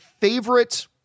favorite